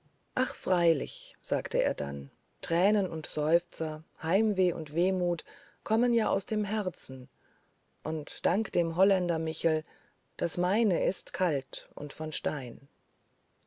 ach freilich sagte er dann tränen und seufzer heimweh und wehmut kommen ja aus dem herzen und dank dem holländer michel das meine ist kalt und von stein